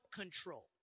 control